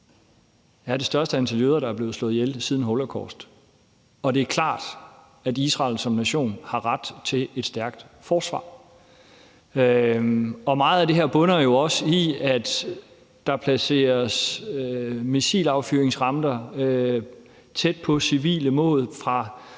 er det største antal jøder, der er blevet slået ihjel siden holocaust, og det er klart, at Israel som nation har ret til et stærkt forsvar. Meget af det her bunder jo også i, at der placeres missilaffyringsramper tæt på civile mål ved